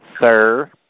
Sir